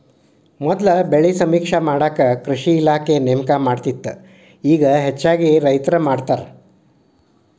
ಮೊದಲ ಬೆಳೆ ಸಮೇಕ್ಷೆ ಮಾಡಾಕ ಕೃಷಿ ಇಲಾಖೆ ನೇಮಕ ಮಾಡತ್ತಿತ್ತ ಇಗಾ ಹೆಚ್ಚಾಗಿ ರೈತ್ರ ಮಾಡತಾರ